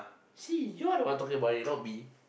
see you're the one talking about it not me